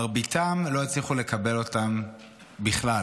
מרביתם לא הצליחו לקבל אותן בכלל.